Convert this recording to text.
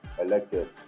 elected